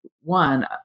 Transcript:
one